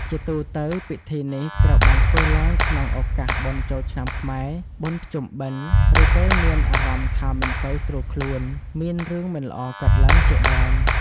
ជាទូទៅ ពិធីនេះត្រូវបានធ្វើឡើងក្នុងឱកាសបុណ្យចូលឆ្នាំខ្មែរ បុណ្យភ្ជុំបិណ្ឌ ឬពេលមានអារម្មណ៍ថាមិនសូវស្រួលខ្លួន មានរឿងមិនល្អកើតឡើងជាដើម។